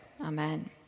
amen